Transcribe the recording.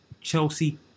Chelsea